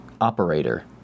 Operator